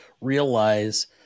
realize